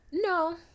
No